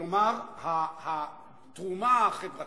כלומר, התרומה החברתית,